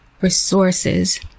resources